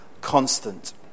constant